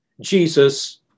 Jesus